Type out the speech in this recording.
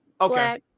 Okay